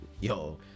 yo